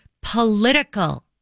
political